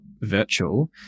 virtual